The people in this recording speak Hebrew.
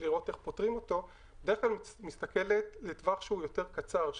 לראות איך פותרים אותו מסתכלת לטווח שהוא יותר קצר,